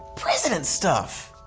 president stuff.